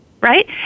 right